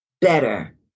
better